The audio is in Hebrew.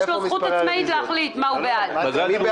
ההחלטה של הוועדה המסדרת היא החלטה שהיא